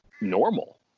normal